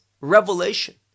revelation